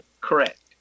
correct